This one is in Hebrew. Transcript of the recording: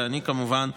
ואני כמובן,